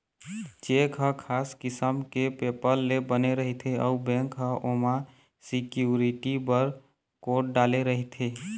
cheque ह खास किसम के पेपर ले बने रहिथे अउ बेंक ह ओमा सिक्यूरिटी बर कोड डाले रहिथे